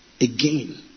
again